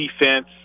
defense